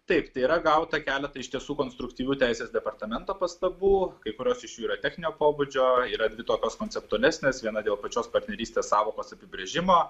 taip tai yra gauta keletas iš tiesų konstruktyvių teisės departamento pastabų kai kurios iš jų yra techninio pobūdžio yra dvi tokios konceptualesnės viena dėl pačios partnerystės sąvokos apibrėžimo